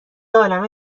عالمه